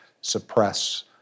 suppress